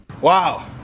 Wow